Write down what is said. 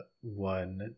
one